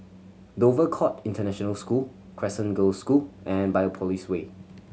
Dover Court International School Crescent Girls' School and Biopolis Way